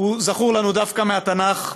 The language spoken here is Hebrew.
זכור לנו דווקא מהתנ"ך,